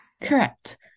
Correct